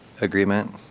agreement